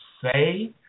say